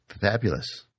Fabulous